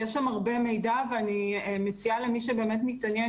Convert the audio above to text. יש שם הרבה מידע ואני מציעה לכל מי שבאמת מתעניין